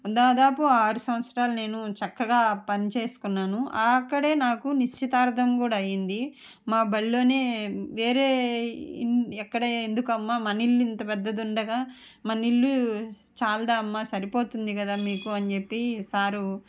దాదాపు ఆరు సంవత్సరాలు నేను చక్కగా పనిచేసుకున్నాను అక్కడే నాకు నిశ్చితార్థం కూడా అయ్యింది మా బడిలోనే వేరే ఇం ఎక్కడో ఎందుకమ్మా మన ఇల్లు ఇంత పెద్దది ఉండగా మన ఇల్లు చాలదా అమ్మా సరిపోతుంది కదా మీకు అని చెప్పి సారు